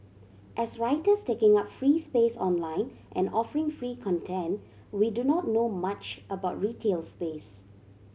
as writers taking up free space online and offering free content we do not know much about retail space